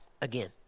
again